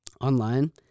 online